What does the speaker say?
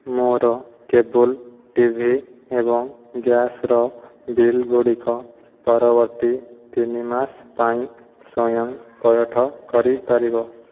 ମୋର cable T V ଏବଂ ଗ୍ୟାସର ବିଲ୍ ଗୁଡ଼ିକ ପରବର୍ତ୍ତୀ ତିନି ମାସ ପାଇଁ ସ୍ଵୟଂ ପୈଠ କରିପାରିବ